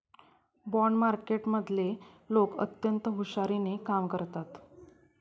bond मार्केटमधले लोक अत्यंत हुशारीने कामं करतात